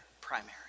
primary